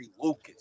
Lucas